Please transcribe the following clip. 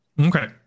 Okay